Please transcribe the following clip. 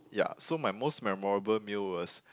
ya so my most memorable meal was